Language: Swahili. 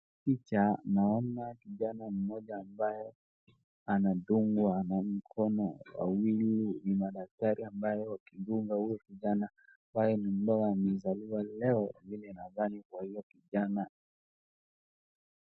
Picha naona kijana mmoja ambaye anadungwa na mkono. Wawili ni madaktari amabao wakidunga huyo kijana, ambaye ni mdogo amezaliwa leo kwa vile nadhani kwa huyo kijana.